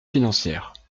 financières